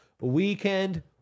weekend